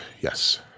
Yes